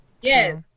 Yes